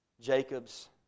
Jacob's